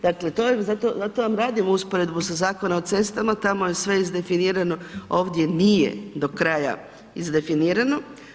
Dakle to je, zato vam radim usporedbu sa Zakonom o cestama tamo je sve izdefinirano, ovdje nije do kraja izdefinirano.